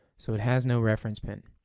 so it has no reference pin.